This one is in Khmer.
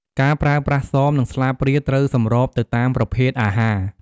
ការប្រើប្រាស់សម និងស្លាបព្រាត្រូវសម្របទៅតាមប្រភេទអាហារ។